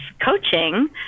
coaching